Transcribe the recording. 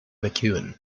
mcewen